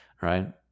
Right